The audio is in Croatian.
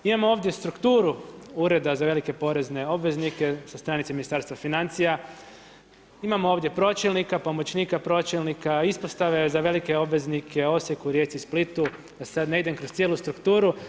Imamo ovdje strukturu Ureda za velike porezne obveznike sa stranice Ministarstva financija, imamo ovdje pročelnika, pomoćnika pročelnika, ispostave za velike obveznike u Osijeku, Rijeci i Splitu, da sad ne idem kroz cijelu strukturu.